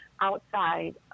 outside